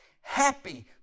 happy